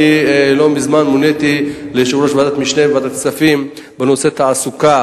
לא מזמן מוניתי ליושב-ראש ועדת משנה של ועדת הכספים בנושא תעסוקה